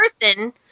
person